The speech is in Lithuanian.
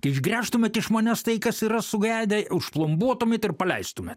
išgręžtumėt iš manęs tai kas yra sugedę užplombuotumėt ir paleistume